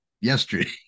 yesterday